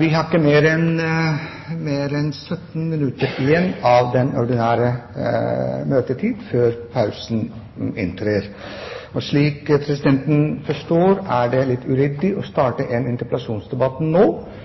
Vi har ikke mer enn 17 minutter igjen av den reglementsmessige møtetid, og da er det litt uryddig å starte interpellasjonsdebatten i neste sak.